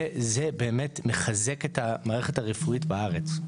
וזה באמת מחזק את המערכת הרפואית בארץ.